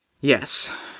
Yes